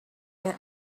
than